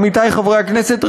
עמיתי חברי הכנסת,